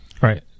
Right